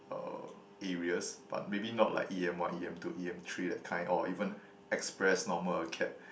uh areas but maybe not like e_m one e_m two e_m three that kind or even express normal acad